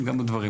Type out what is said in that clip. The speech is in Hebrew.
נשיג עוד דברים,